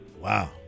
Wow